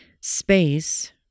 space